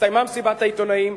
הסתיימה מסיבת העיתונאים,